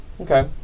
Okay